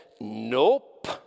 nope